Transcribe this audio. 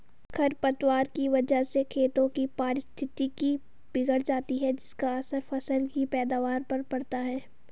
खरपतवार की वजह से खेतों की पारिस्थितिकी बिगड़ जाती है जिसका असर फसल की पैदावार पर पड़ता है